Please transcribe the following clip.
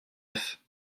neufs